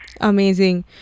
Amazing